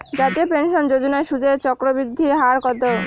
জাতীয় পেনশন যোজনার সুদের চক্রবৃদ্ধি হার কত?